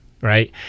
right